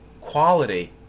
quality